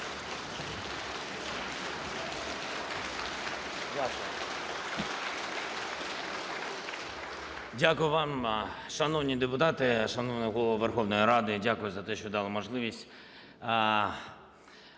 Дякую вам, шановні депутати, шановний Голово Верховної Ради. Дякую за те, що дали можливість